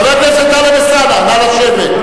חבר הכנסת טלב אלסאנע, נא לשבת.